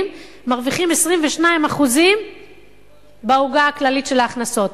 מרוויחים 22% בעוגה הכללית של ההכנסות.